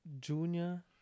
Junior